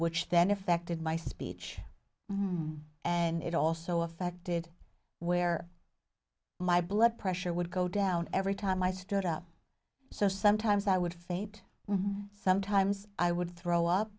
which then affected my speech and it also affected where my blood pressure would go down every time i stood up so sometimes i would fade sometimes i would throw up